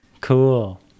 Cool